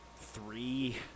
three